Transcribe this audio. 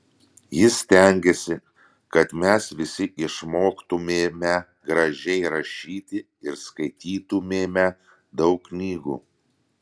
ji stengėsi kad mes visi išmoktumėme gražiai rašyti ir skaitytumėme daug knygų